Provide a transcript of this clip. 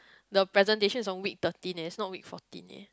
the presentation is on week thirteen eh it's not week fourteen eh